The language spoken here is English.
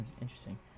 interesting